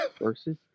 versus